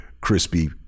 crispy